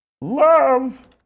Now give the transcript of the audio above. love